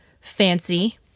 fancy